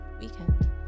weekend